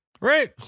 Right